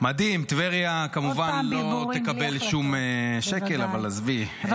מדהים, טבריה כמובן לא תקבל שום שקל, אבל עזבי.